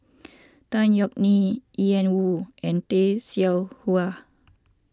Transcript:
Tan Yeok Nee Ian Woo and Tay Seow Huah